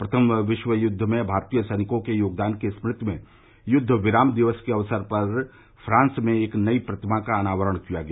प्रथम विश्व युद्ध में भारतीय सैनिकों के योगदान की स्नृति में युद्ध विराम दिवस के अवसर पर फ्रांस में एक नई प्रतिमा का अनावरण किया गया